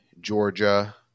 Georgia